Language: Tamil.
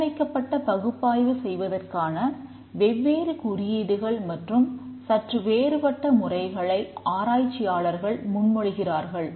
கட்டமைக்கப்பட்ட பகுப்பாய்வு செய்வதற்கான வெவ்வேறு குறியீடுகள் மற்றும் சற்று வேறுபட்ட முறைகளை ஆராய்ச்சியாளர்கள் முன்மொழிகிறார்கள்